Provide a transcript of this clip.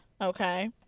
okay